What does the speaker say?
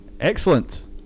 Excellent